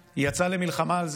היא יצאה למלחמה על זה,